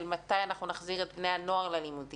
של מתי אנחנו נחזיר את בני הנוער ללימודים